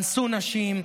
אנסו נשים,